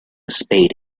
spade